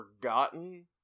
Forgotten